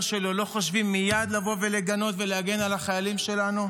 שלו לא חושבים מייד לבוא ולגנות ולהגן על החיילים שלנו?